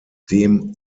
dem